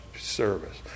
service